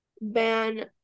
ban